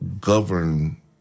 govern